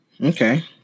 Okay